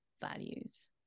values